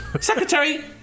Secretary